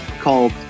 called